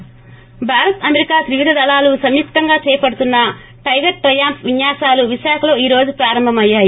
break Bharat America త్రివిధ దళాలు సంయుక్తంగా చేపడుతున్నటైగర్ ట్రయాంప్ విన్యాశాలు విశాఖలో ఈ రోజు ప్రారంభమయ్యాయి